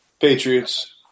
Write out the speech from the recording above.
Patriots